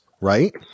right